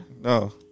No